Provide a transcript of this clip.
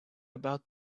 about